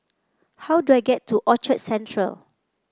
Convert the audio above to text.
how do I get to Orchard Central